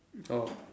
oh